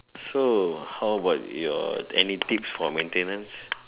so how about your any tips for maintenance